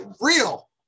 real